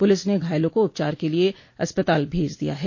police ने घायलों को उपचार के लिये अस्पताल भेज दिया है